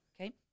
Okay